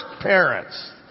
parents